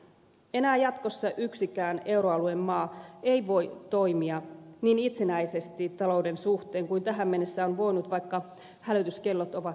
enää jatkossa yksikään euroalueen maa ei voi toimia niin itsenäisesti talouden suhteen kuin tähän mennessä on voinut vaikka hälytyskellot ovat jo soineet